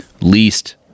least